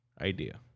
idea